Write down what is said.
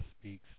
speaks